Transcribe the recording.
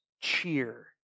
cheer